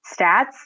stats